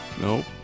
Nope